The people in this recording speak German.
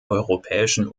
europäischen